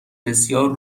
بسیار